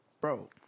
bro